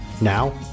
Now